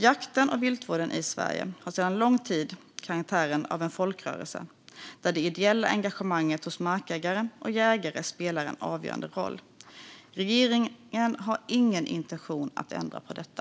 Jakten och viltvården i Sverige har sedan lång tid karaktären av en folkrörelse där det ideella engagemanget hos markägare och jägare spelar en avgörande roll. Regeringen har ingen intention att ändra på detta.